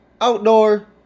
outdoor